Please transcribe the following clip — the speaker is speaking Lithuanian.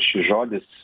šis žodis